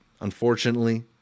unfortunately